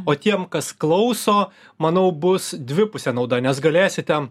o tiem kas klauso manau bus dvipusė nauda nes galėsite